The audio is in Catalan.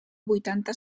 vuitanta